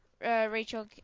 Rachel